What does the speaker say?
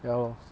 ya lor